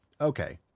Okay